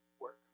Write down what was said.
work